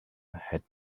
had